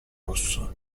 rosso